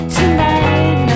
tonight